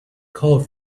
called